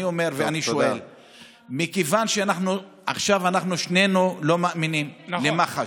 אני אומר ואני שואל: מכיוון שעכשיו אנחנו שנינו לא מאמינים למח"ש